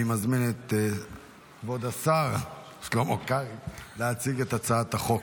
אני מזמין את כבוד השר שלמה קרעי להציג את הצעת החוק.